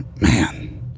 Man